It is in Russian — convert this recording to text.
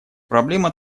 проблема